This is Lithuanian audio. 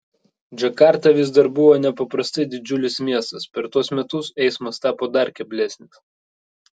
džakarta vis dar buvo nepaprastai didžiulis miestas per tuos metus eismas tapo dar keblesnis